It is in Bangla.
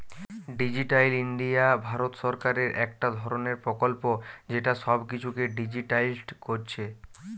ডিজিটাল ইন্ডিয়া ভারত সরকারের একটা ধরণের প্রকল্প যেটা সব কিছুকে ডিজিটালিসড কোরছে